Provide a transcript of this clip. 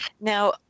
Now